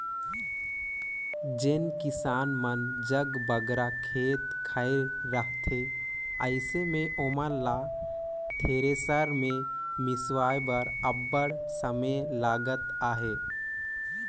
जेन किसान मन जग बगरा खेत खाएर रहथे अइसे मे ओमन ल थेरेसर मे मिसवाए बर अब्बड़ समे लगत अहे